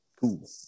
Cool